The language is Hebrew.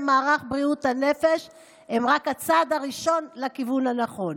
מערך בריאות הנפש הם רק הצעד הראשון לכיוון הנכון.